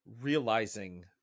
Realizing